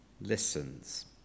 listens